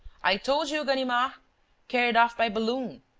i told you, ganimard. carried off by balloon.